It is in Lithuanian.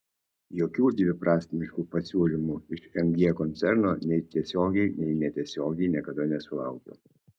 jokių dviprasmiškų pasiūlymų iš mg koncerno nei tiesiogiai nei netiesiogiai niekada nesulaukiau